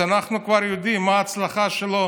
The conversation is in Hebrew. אז אנחנו כבר יודעים מה תהיה ההצלחה שלו